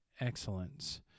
excellence